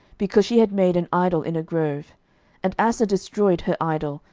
because she had made an idol in a grove and asa destroyed her idol,